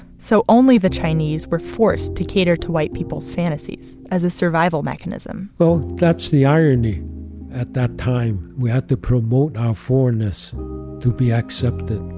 so only the chinese were forced to cater to white people's fantasies as a survival mechanism well, that's the irony at that time. we had to promote our foreignness to be accepted